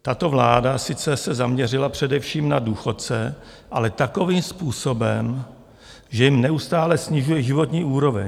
Tato vláda sice se zaměřila především na důchodce, ale takovým způsobem, že jim neustále snižuje životní úroveň.